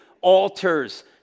altars